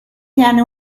tiene